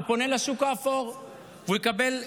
הוא פונה לשוק האפור והוא יקבל הלוואה.